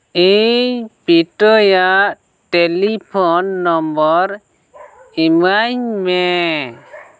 ᱤᱧ ᱯᱤᱴᱟᱹᱭᱟᱜ telephone number ᱤᱢᱟᱹᱧ ᱢᱮ